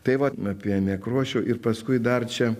tai vat apie nekrošių ir paskui dar čia